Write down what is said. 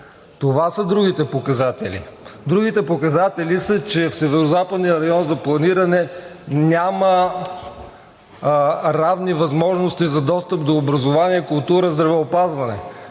Това са другите показатели. Другите показатели са, че в Северозападния район за планиране няма равни възможности за достъп до образование, култура, здравеопазване.